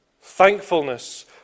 Thankfulness